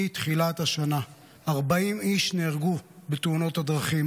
מתחילת השנה 40 איש נהרגו בתאונות הדרכים.